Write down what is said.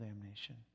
damnation